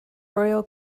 royal